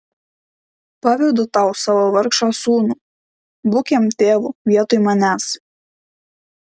pavedu tau savo vargšą sūnų būk jam tėvu vietoj manęs